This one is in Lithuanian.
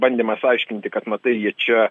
bandymas aiškinti kad matai jie čia